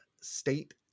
State